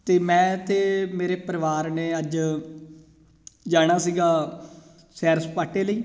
ਅਤੇ ਮੈਂ ਅਤੇ ਮੇਰੇ ਪਰਿਵਾਰ ਨੇ ਅੱਜ ਜਾਣਾ ਸੀਗਾ ਸੈਰ ਸਪਾਟੇ ਲਈ